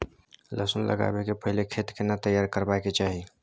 लहसुन लगाबै के पहिले खेत केना तैयार करबा के चाही?